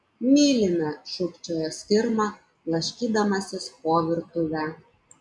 mylime šūkčiojo skirma blaškydamasis po virtuvę